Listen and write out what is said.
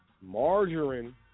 margarine